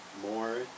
more